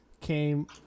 came